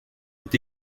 est